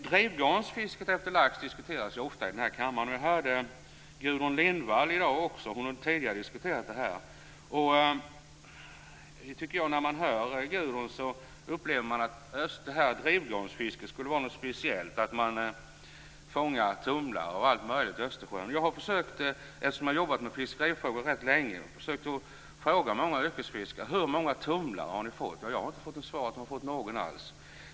Drivgarnsfisket efter lax diskuteras ofta i den här kammaren. Jag hörde Gudrun Lindvall tala om det i dag, och hon har tidigare diskuterat detta. När man hör Gudrun Lindvall får man uppfattningen att drivgarnsfiske skulle vara något speciellt. Man skulle fånga tumlare och allt möjligt i Östersjön. Eftersom jag har jobbat med fiskerifrågor rätt länge har jag försökt att fråga många yrkesfiskare: Hur många tumlare har ni fångat? Jag har fått svaret att de inte har fångat någon alls.